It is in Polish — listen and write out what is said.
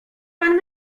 pan